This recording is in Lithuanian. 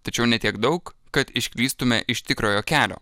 tačiau ne tiek daug kad išklystume iš tikrojo kelio